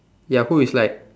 ya who you slide